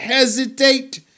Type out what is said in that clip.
hesitate